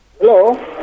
Hello